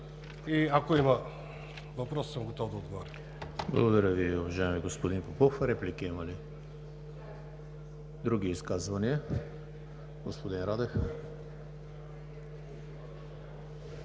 Ако има въпроси, съм готов да отговоря.